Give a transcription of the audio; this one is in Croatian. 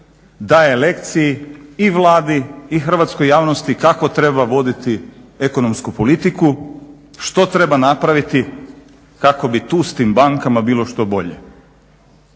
daje lekcije i Vladi i hrvatskoj javnosti kako treba voditi ekonomsku politiku, što treba napraviti kako bi tu s tim bankama bilo što bolje.